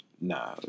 nah